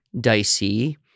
dicey